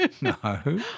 No